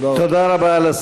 תודה רבה.